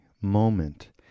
moment